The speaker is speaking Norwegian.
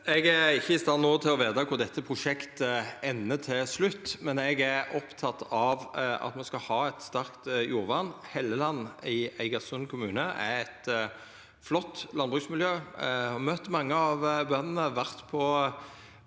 Eg er ikkje no i stand til å veta kor dette prosjektet endar til slutt, men eg er oppteken av at me skal ha eit sterkt jordvern. Helleland i Eigersund kommune er eit flott landbruksmiljø, og eg har møtt mange av bøndene. Eg